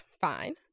Fine